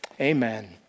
Amen